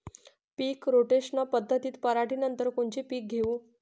पीक rotation पद्धतीत पराटीनंतर कोनचे पीक घेऊ?